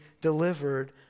delivered